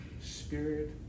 spirit